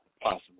possible